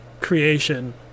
creation